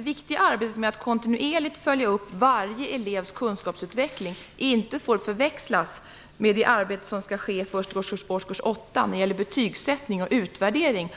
Det viktiga arbetet med att kontinuerligt följa varje elevs kunskapsutveckling får inte förväxlas med det arbete som skall ske först i fråga om årskurs 8 när det gäller betygssättning och utvärdering.